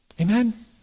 Amen